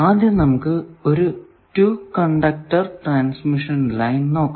ആദ്യം നമുക്ക് ഒരു 2 കണ്ടക്ടർ ട്രാൻസ്മിഷൻ ലൈൻ നോക്കാം